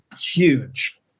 huge